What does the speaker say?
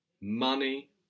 money